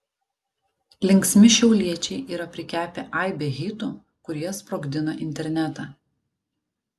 linksmi šiauliečiai yra prikepę aibę hitų kurie sprogdina internetą